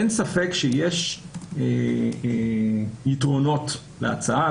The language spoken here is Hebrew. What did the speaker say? אין ספק שיש יתרונות להצעה,